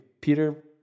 Peter